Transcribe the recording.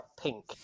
pink